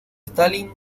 stalin